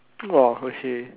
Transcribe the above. !wah! okay